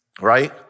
right